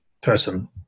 person